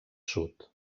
sud